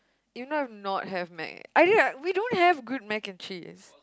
you know not have Mac I don't have we don't have good Mac and Cheese